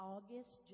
August